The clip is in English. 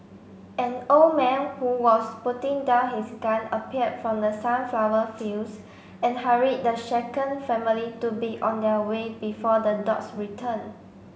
an old man who was putting down his gun appeared from the sunflower fields and hurried the shaken family to be on their way before the dogs return